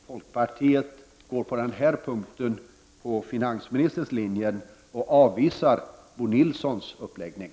Folkpartiet ansluter sig på denna punkt till finansministerns linje och avvisar Bo Nilssons uppläggning.